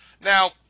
now